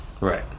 Right